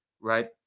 right